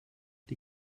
die